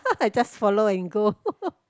I just follow and go